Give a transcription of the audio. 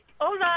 Hola